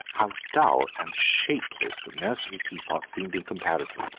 how dull and shapeless the nursery teapot seemed in comparison!